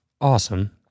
awesome